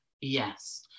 yes